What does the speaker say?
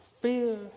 fear